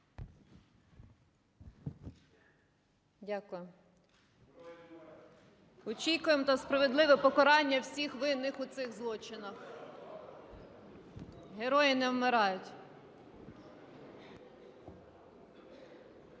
Дякую. Очікуємо на справедливе покарання всіх винних у цих злочинах. Герої не вмирають!